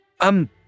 Um